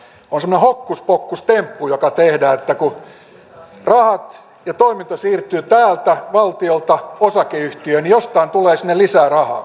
se on semmoinen hokkuspokkus temppu joka tehdään että kun rahat ja toiminta siirtyvät täältä valtiolta osakeyhtiöön niin jostain tulee sinne lisää rahaa